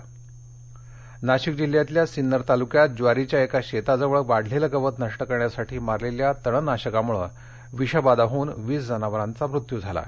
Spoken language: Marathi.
तण नाशके नाशिक जिल्ह्यातल्या सिन्नर तालूक्यात ज्वारीच्या एका शेताजवळ वाढलेलं गवत नष्ट करण्यासाठी मारलेल्या तण नाशकामुळं विषबाधा होवून वीस जनावरांचा मृत्यू झाला आहे